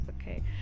Okay